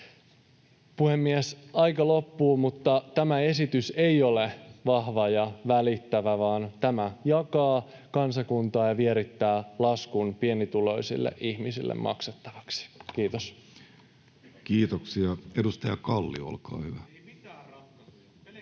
Puhemies! Aika loppuu, mutta tämä esitys ei ole vahva ja välittävä, vaan tämä jakaa kansakuntaa ja vierittää laskun pienituloisille ihmisille maksettavaksi. — Kiitos. [Speech 198] Speaker: